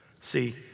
See